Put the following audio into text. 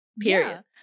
period